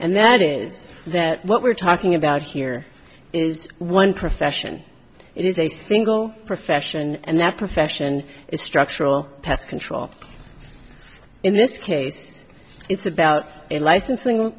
and that is that what we're talking about here is one profession it is a single profession and their profession is structural pest control in this case it's about licensing